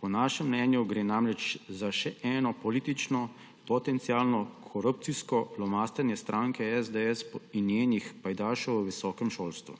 Po našem mnenju gre namreč za še eno politično, potencialno korupcijsko lomastenje stranke SDS in njenih pajdašev v visokem šolstvu.